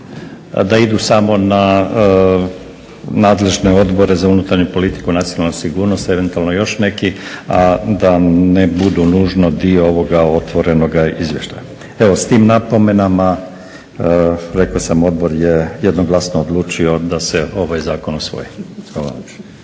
možda idu samo na nadležne odbore za unutarnju politiku, nacionalnu sigurnost, eventualno još neki, a da ne budu nužno dio ovoga otvorenoga izvještaja. Evo s tim napomenama rekao sam odbor je jednoglasno odlučio da se ovaj zakon usvoji.